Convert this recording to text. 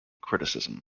criticism